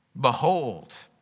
Behold